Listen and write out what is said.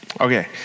Okay